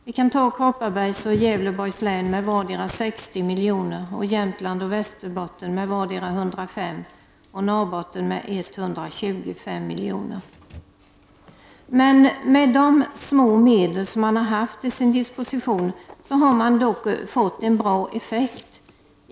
Vi kan ta Kopparbergs och Gävleborgs län med var dera 60 miljoner, Jämtlands och Västerbottens län med 105 miljoner och Norrbotten med 125 miljoner som exempel. Men med de små medel som man har haft till sin disposition har man dock fått bra effekt.